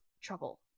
trouble